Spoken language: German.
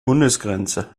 bundesgrenze